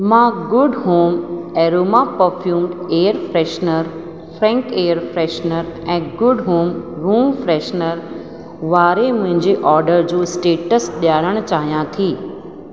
मां good home aroma perfume air freshener frack air freshener ऐं good home room freshener वारे मुंहिंजे order जो स्टेटस ॼाणणु चाहियां थी